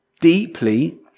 deeply